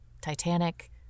Titanic